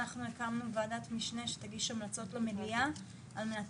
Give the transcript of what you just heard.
אנחנו הקמנו ועדת משנה שתגיש המלצות למליאה על מנת